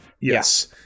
Yes